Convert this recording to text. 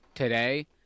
today